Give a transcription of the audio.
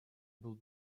был